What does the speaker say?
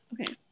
Okay